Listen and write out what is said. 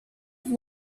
have